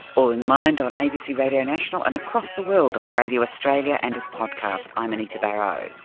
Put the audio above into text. all in the mind on abc radio national and across the world on radio australia and as podcast. i'm anita barraud.